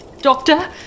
Doctor